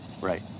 Right